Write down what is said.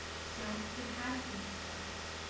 so it has been discussed,